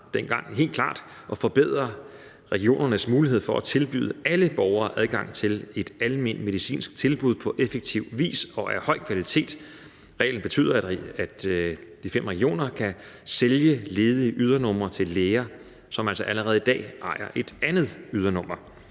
dengang helt klart at forbedre regionernes mulighed for at tilbyde alle borgere adgang til et almenmedicinsk tilbud på effektiv vis og af høj kvalitet. Reglen betyder, at de fem regioner kan sælge ledige ydernumre til læger, som altså allerede i dag ejer et andet ydernummer.